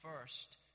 first